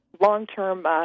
long-term